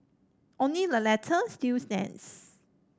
only the latter still stands